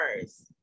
first